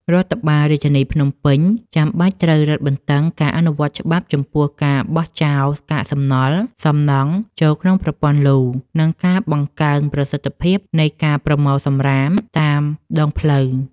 រដ្ឋបាលរាជធានីភ្នំពេញចាំបាច់ត្រូវរឹតបន្តឹងការអនុវត្តច្បាប់ចំពោះការបោះចោលកាកសំណល់សំណង់ចូលក្នុងប្រព័ន្ធលូ និងការបង្កើនប្រសិទ្ធភាពនៃការប្រមូលសំរាមតាមដងផ្លូវ។